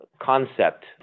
concept